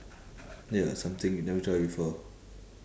ya something you never try before